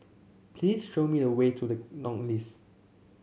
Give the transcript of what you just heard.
please show me the way to the none list